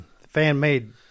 fan-made